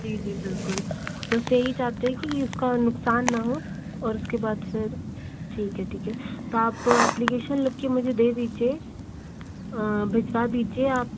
जी जी बिल्कुल बस यही चाहते हैं कि इसका नुक़सान ना हो और उसके बाद फिर ठीक है ठीक है तो आप एप्लिगेसन लिख कर मुझे दे दीजिए भिजवा दीजिए आप